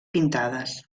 pintades